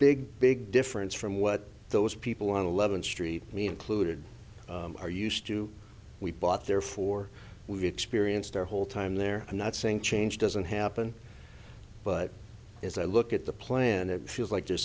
big big difference from what those people on eleven street me included are used to we bought therefore we experienced our whole time there i'm not saying change doesn't happen but as i look at the plan it feels like there's